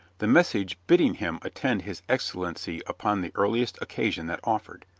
the message bidding him attend his excellency upon the earliest occasion that offered.